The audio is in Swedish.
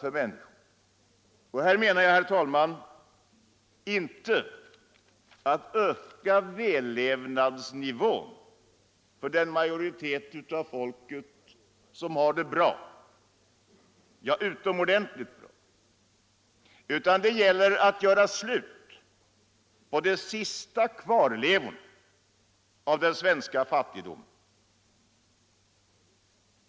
Då menar jag, herr talman, inte att vi skall höja vällevnadsnivån för den majoritet av folket som har det bra, ja utomordentligt bra, utan det gäller att göra slut på de sista kvarlevorna av den svenska fattigdomen.